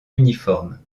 uniformes